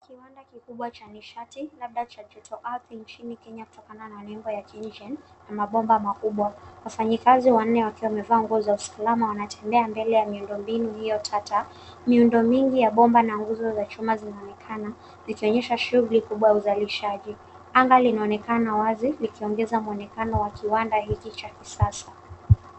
Kiwanda kikubwa cha nishati labda ya jotoardhi nchini Kenya kutokana na nembo ya KenGEN na mabomba makubwa. Wafanyakazi wanne wakiwa wamevaa nguo za usalama wanatembea mbele ya miundombinu hiyo tata. Miundo mingi ya bomba na nguzo za chuma zinaonekana likionyesha shughuli kubwa ya uzalishaji. Anga linaonekana wazi likiongeza mwonekano wa kiwanda hiki cha kisasa.